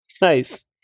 Nice